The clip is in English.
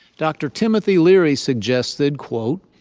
dr. timothy leary suggested quote,